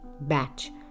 batch